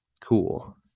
cool